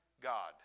god